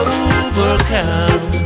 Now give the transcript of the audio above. overcome